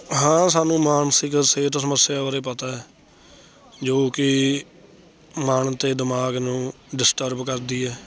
ਹਾਂ ਸਾਨੂੰ ਮਾਨਸਿਕ ਸਿਹਤ ਸਮੱਸਿਆ ਬਾਰੇ ਪਤਾ ਜੋ ਕਿ ਮਨ ਅਤੇ ਦਿਮਾਗ ਨੂੰ ਡਿਸਟਰਬ ਕਰਦੀ ਹੈ